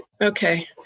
Okay